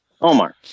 Omar